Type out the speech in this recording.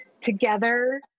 together